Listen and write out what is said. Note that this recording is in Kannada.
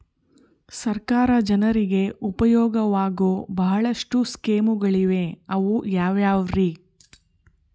ಸರ್ಕಾರ ಜನರಿಗೆ ಉಪಯೋಗವಾಗೋ ಬಹಳಷ್ಟು ಸ್ಕೇಮುಗಳಿವೆ ಅವು ಯಾವ್ಯಾವ್ರಿ?